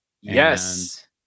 Yes